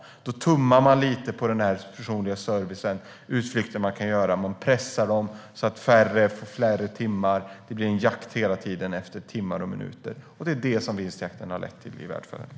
Då tummar man lite på den personliga servicen, på utflykten som de vill göra. Man pressar de anställda som blir färre och får färre timmar. Det blir hela tiden en jakt efter timmar och minuter. Det är det som vinstjakten har lett till i välfärden.